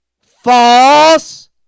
false